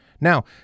Now